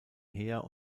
heer